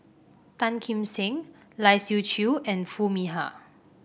Tan Kim Seng Lai Siu Chiu and Foo Mee Har